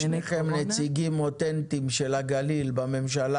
שניכם נציגים אותנטיים של הגליל בממשלה